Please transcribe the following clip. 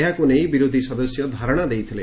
ଏହାକୁ ନେଇ ବିରୋଧୀ ସଦସ୍ୟ ଧାରଶା ଦେଇଥିଲେ